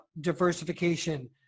diversification